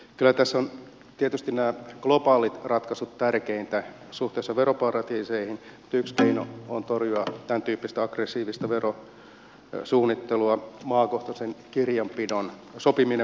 kyllä tässä ovat tietysti nämä globaalit ratkaisut tärkeimpiä suhteessa veroparatiiseihin mutta yksi keino torjua tämäntyyppistä aggressiivista verosuunnittelua on sopiminen maakohtaisesta kirjanpidosta